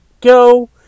go